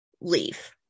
leave